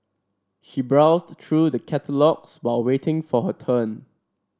she browsed through the catalogues while waiting for her turn